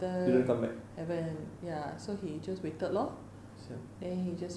didn't come back so sad